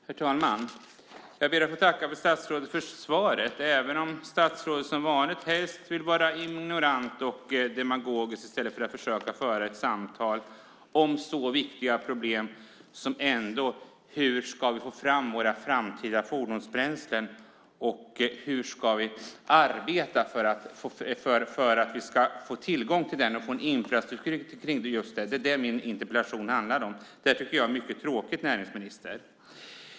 Herr talman! Jag ber att få tacka statsrådet för svaret, även om statsrådet som vanligt helst vill vara ignorant och demagogisk i stället för att försöka föra ett samtal om så viktiga problem som hur vi ska få fram våra framtida fordonsbränslen och hur vi ska arbeta för att få tillgång till dessa och få en infrastruktur för det. Det är det min interpellation handlar om. Jag tycker att det här är mycket tråkigt, näringsministern.